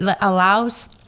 allows